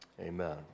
Amen